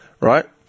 Right